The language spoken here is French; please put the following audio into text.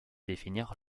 définir